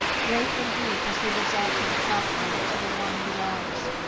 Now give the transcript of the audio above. great and deep is the resultant suffering to the one who loves.